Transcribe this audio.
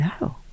No